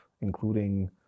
including